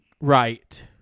Right